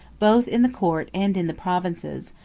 both in the court and in the provinces,